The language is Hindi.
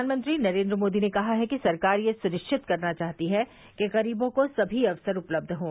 प्रधानमंत्री नरेन्द्र मोदी ने कहा है कि सरकार यह सुनिश्चित करना चाहती है कि गरीबों को सभी अक्सर उपलब्ध हों